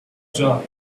job